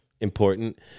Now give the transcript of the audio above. important